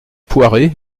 poiré